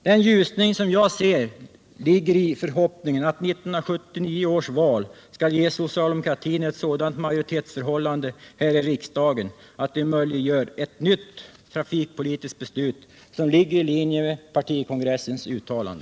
Den ljusning som jag ser ligger i förhoppningen att 1979 års val skall ge socialdemokratin en sådan majoritetsställning i riksdagen att det möjliggör ett nytt trafikpolitiskt beslut som ligger i linje med partikongressens uttalande.